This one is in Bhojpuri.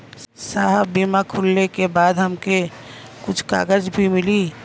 साहब बीमा खुलले के बाद हमके कुछ कागज भी मिली?